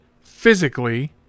physically